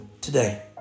Today